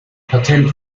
patent